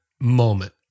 moment